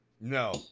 No